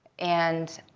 and